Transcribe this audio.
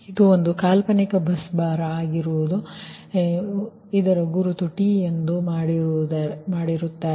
ಇದು ಕಾಲ್ಪನಿಕ bus bar ಆಗಿದೆ ಒಂದು ಗುರುತು t ಸರಿ